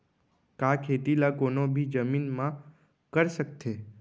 का खेती ला कोनो भी जमीन म कर सकथे?